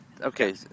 okay